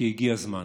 כי הגיע הזמן.